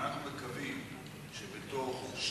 יש מס בצורת.